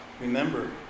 Remember